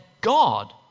God